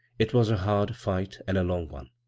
it was a hard fight and a long one,